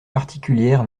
particulière